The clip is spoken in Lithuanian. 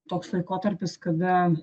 toks laikotarpis kada